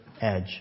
edge